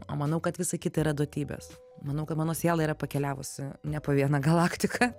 o manau kad visa kita yra duotybės manau kad mano siela yra pakeliavusi ne po vieną galaktiką